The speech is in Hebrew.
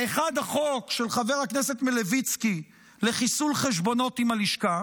האחד הוא החוק של חבר הכנסת מלביצקי לחיסול חשבונות עם הלשכה,